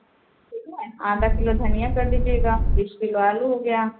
आधा किलो धनिया कर दीजिएगा बीस किलो आलू हो गया